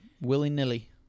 willy-nilly